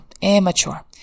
immature